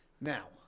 Now